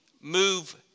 move